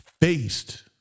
faced